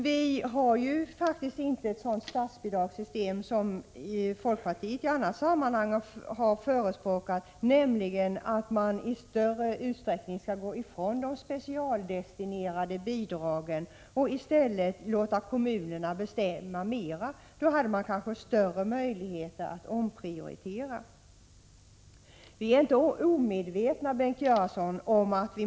Vi har inte ett sådant statsbidragssystem som folkpartiet i annat sammanhang har förespråkat, nämligen att man i större utsträckning skall gå ifrån de specialdestinerade bidragen och i stället låta kommunerna bestämma mera. Då hade man kanske större möjligheter att omprioritera. Vi är inte omedvetna om att vi måste spara, Bengt Göransson.